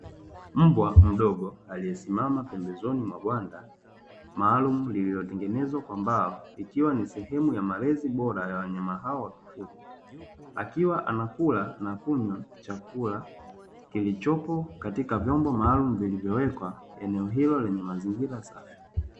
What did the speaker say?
Mbwa mdogo aliyesimama pembezoni mwa banda maalumu, lililotengenezwa kwa mbao, ikiwa ni sehemu ya malezi bora ya wanyama hao wa kufugwa, akiwa anakula na kunywa chakula kilichopo katika vyomb maalumu vilivyowekwa eneo hilo lenye mazingira safi.